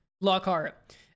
lockhart